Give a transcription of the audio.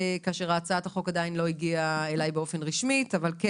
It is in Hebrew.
כאשר הצעת החוק עדיין לא הגיעה אלי באופן רשמי אבל כן